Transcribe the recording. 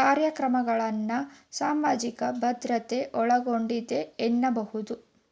ಕಾರ್ಯಕ್ರಮಗಳನ್ನ ಸಾಮಾಜಿಕ ಭದ್ರತೆ ಒಳಗೊಂಡಿದೆ ಎನ್ನಬಹುದು